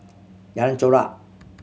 Jalan Chorak